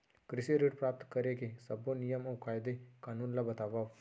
कृषि ऋण प्राप्त करेके सब्बो नियम अऊ कायदे कानून ला बतावव?